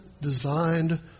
designed